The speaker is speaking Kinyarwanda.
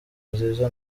nziza